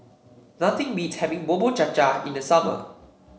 nothing beats having Bubur Cha Cha in the summer